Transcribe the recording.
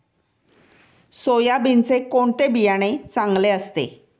सोयाबीनचे कोणते बियाणे चांगले असते?